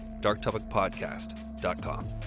darktopicpodcast.com